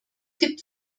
gibt